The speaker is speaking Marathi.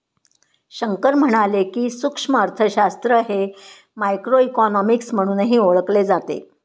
शंकर म्हणाले की, सूक्ष्म अर्थशास्त्र हे मायक्रोइकॉनॉमिक्स म्हणूनही ओळखले जाते